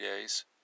days